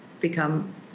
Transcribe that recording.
become